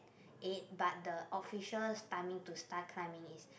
eight but the official's timing to start climbing is